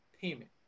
payment